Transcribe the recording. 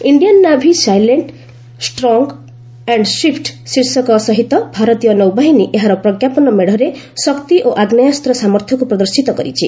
'Indian navy silent strong and swift ଶୀର୍ଷକ ସହିତ ଭାରତୀୟ ନୌବାହିନୀ ଏହାର ପ୍ରଜ୍ଞାପନ ମେଡ଼ରେ ଶକ୍ତି ଓ ଆଗ୍ନେୟାସ୍ତ ସାମର୍ଥ୍ୟକୁ ପ୍ରଦର୍ଶିତ କରିଛି